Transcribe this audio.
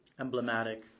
emblematic